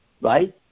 Right